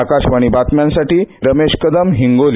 आकाशवाणी बातम्यांसाठी रमेश कदम हिंगोली